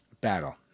battle